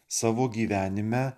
savo gyvenime